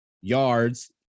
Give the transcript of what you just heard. Yards